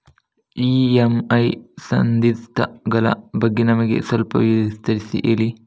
EMI ಸಂಧಿಸ್ತ ಗಳ ಬಗ್ಗೆ ನಮಗೆ ಸ್ವಲ್ಪ ವಿಸ್ತರಿಸಿ ಹೇಳಿ